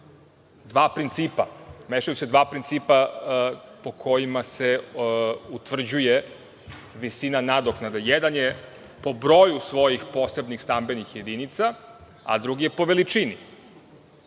zapravo mešaju dva principa po kojima se utvrđuje visina nadoknade. Jedan je po broju svojih posebnih stambenih jedinica, a drugi je po veličini.